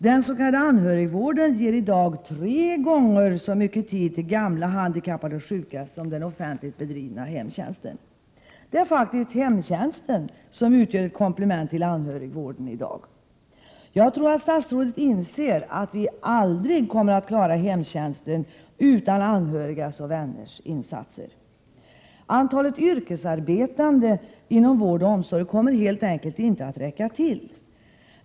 Den s.k. anhörigvården ger i dag tre gånger så mycket tid till gamla, handikappade och sjuka som den offentligt bedrivna hemtjänsten. Det är faktiskt hemtjänsten som utgör ett komplement till anhörigvården i dag. Jag tror att statsrådet inser att vi aldrig kommer att klara hemtjänsten utan anhörigas och vänners insatser. Antalet yrkesarbetande inom vård och omsorg kommer helt enkelt inte att räcka till.